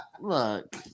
Look